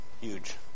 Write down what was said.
huge